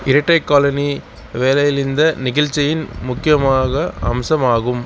இரட்டை காலனி வேலையில் இந்த நிகழ்ச்சியின் முக்கியமாக அம்சமாகும்